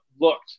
looked